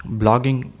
blogging